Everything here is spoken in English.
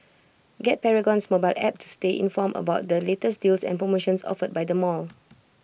get Paragon's mobile app to stay informed about the latest deals and promotions offered by the mall